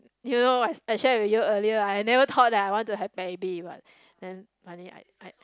you know I I shared with you earlier I never thought I want to have baby but then funny I I